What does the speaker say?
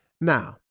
Now